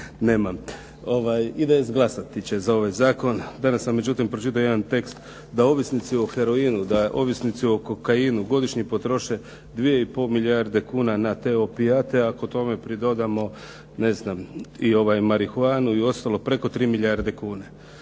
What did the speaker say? nemam. IDS glasati će za ovaj zakon. Danas sam međutim pročitao jedan tekst da ovisnici o heroinu, da ovisnici o kokainu godišnje potroše 2,5 milijarde kuna na te opijate. Ako tome pridodamo i marihuanu i ostalo, preko 3 milijarde kuna.